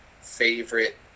favorite